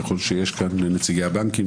ככל שיש כאן נציגי בנקים.